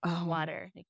water